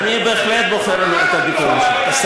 אני בהחלט בוחר את הביטויים שלי.